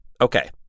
Okay